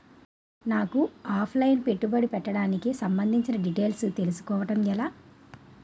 నాకు offline పెట్టుబడి పెట్టడానికి సంబందించిన డీటైల్స్ తెలుసుకోవడం ఎలా?